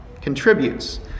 contributes